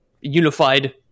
unified